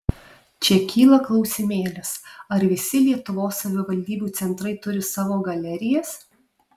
čia kyla klausimėlis ar visi lietuvos savivaldybių centrai turi savo galerijas